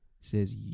says